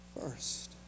first